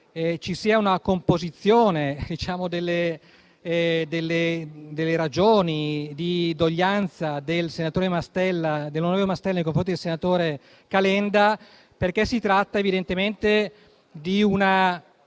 ci sia una composizione delle ragioni di doglianza dell'onorevole Mastella nei confronti del senatore Calenda, perché si tratta evidentemente di una